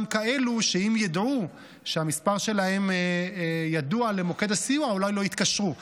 כאלה שאם ידעו שהמספר שלהם ידוע למוקד הסיוע אולי לא יתקשרו.